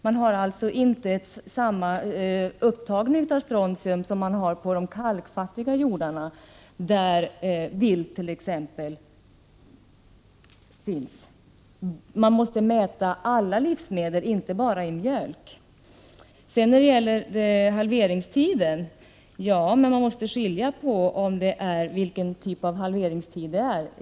Det blir alltså inte samma upptag av strontium som på de kalkfattiga jordarna, där vilt finns t.ex. Man måste mäta i alla livsmedel, inte bara mjölk. Sedan måste man skilja på vilken typ av halveringstid man talar om.